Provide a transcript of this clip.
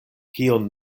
kion